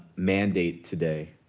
mandate today,